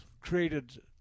created